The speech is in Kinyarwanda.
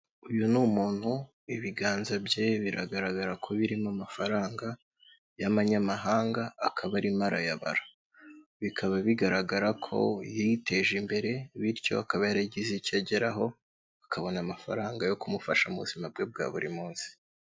Uyu ni umuntu ibiganza bye biragaragara ko birimo amafaranga y'amanyamahanga akaba arimo arayabara, bikaba bigaragara ko yiteje imbere bityo akaba yaragize icyo ageraho akabona amafaranga yo kumufasha mu buzima bwe bwa buri munsi.